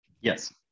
yes